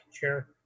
chair